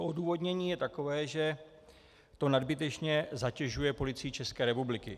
Odůvodnění je takové, že to nadbytečně zatěžuje Policii České republiky.